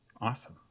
Awesome